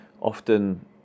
often